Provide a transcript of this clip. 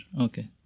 Okay